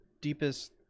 deepest